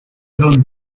donnes